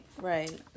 right